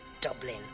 dublin